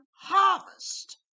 harvest